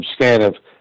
substantive